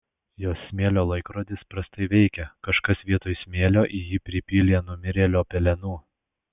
jos smėlio laikrodis prastai veikia kažkas vietoj smėlio į jį pripylė numirėlio pelenų